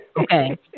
Okay